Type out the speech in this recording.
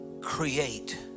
create